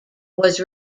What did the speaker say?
was